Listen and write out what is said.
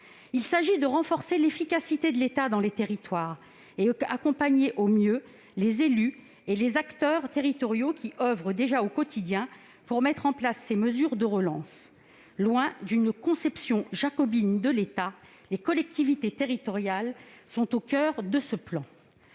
Il s'agit de renforcer l'efficacité de l'État dans les territoires et d'accompagner au mieux les élus et les acteurs territoriaux oeuvrant déjà au quotidien pour mettre en place ces mesures de relance. Loin d'une conception jacobine de l'État, les collectivités territoriales sont placées au coeur de ce plan.